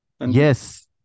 Yes